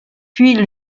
puis